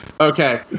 Okay